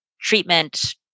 treatment